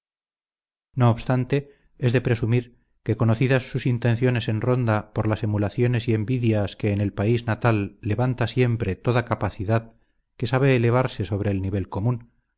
no obstante es de presumir que conocidas sus intenciones en ronda por las emulaciones y envidias que en el país natal levanta siempre toda capacidad que sabe elevarse sobre el nivel común